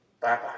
Bye-bye